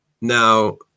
now